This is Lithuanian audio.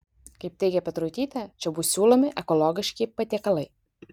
kaip teigė petruitytė čia bus siūlomi ekologiški patiekalai